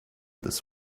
this